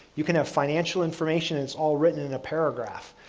you can have financial information, it's all written in a paragraph.